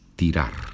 tirar